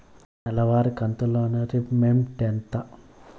నెలవారి కంతు loan repayment ఎంత?